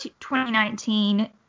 2019